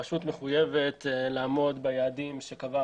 הרשות מחויבת לעמוד ביעדים שקבעה